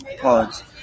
pods